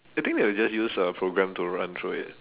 I think they will just use a program to run through it